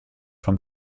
vom